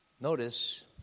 Notice